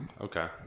okay